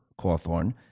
Cawthorn